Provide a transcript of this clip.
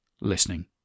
listening